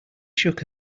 shook